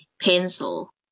pencil